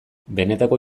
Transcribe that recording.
benetako